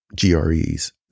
gre's